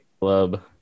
Club